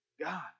God